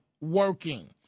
working